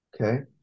Okay